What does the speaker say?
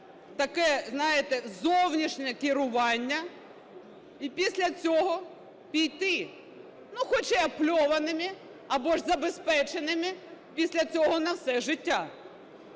таке, знаєте, зовнішнє керування, і після цього піти, хоча і обпльованими або ж забезпеченими, після цього на все життя.